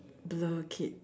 blur kid